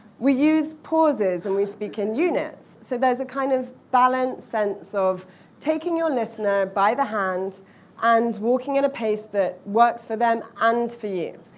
we use pauses and we speak in units. so there's a kind of balanced sense of taking your listener by the hand and walking at a pace that works for them and for you.